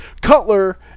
Cutler